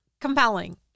compelling